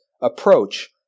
approach